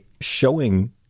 showing